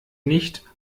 nicht